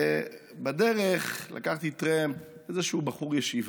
ובדרך לקחתי טרמפ איזשהו בחור ישיבה.